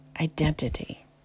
identity